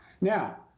Now